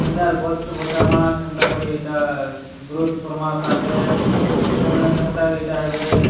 କେନ୍ତା ଆର୍ ଗଛ୍ କେ ବଚାମା କେନ୍ତା କରି ଏଇଟା ଗ୍ରୋଥ କର୍ମା ତାକେ ସେମାନେ କେନ୍ତା ଏଟା ହେବେ